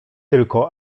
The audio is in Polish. tylko